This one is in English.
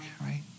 right